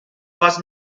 was